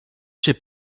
się